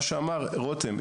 מה שאמר רותם,